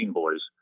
boys